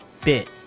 Bit